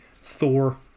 Thor